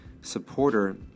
supporter